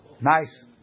Nice